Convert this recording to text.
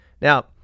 Now